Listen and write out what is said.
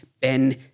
Ben